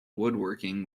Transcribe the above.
woodworking